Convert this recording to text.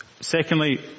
Secondly